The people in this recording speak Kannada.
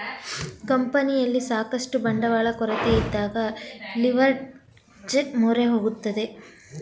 ಕಂಪನಿಯಲ್ಲಿ ಸಾಕಷ್ಟು ಬಂಡವಾಳ ಕೊರತೆಯಿದ್ದಾಗ ಲಿವರ್ಏಜ್ ಮೊರೆ ಹೋಗುತ್ತದೆ